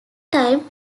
time